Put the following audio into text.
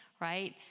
right